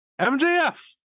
MJF